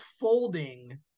folding